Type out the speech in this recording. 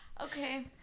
Okay